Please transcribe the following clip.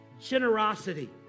generosity